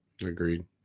Agreed